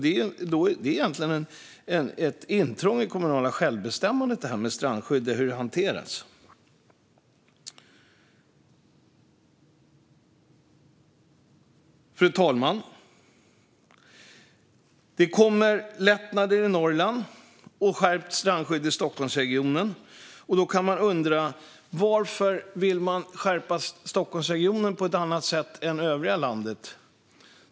Hur strandskyddet hanteras är egentligen ett intrång i det kommunala självbestämmandet. Fru talman! Det kommer lättnader i Norrland och skärpt strandskydd i Stockholmsregionen. Då kan man undra: Varför vill man skärpa det i Stockholmsregionen på ett annat sätt än i övriga landet?